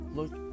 look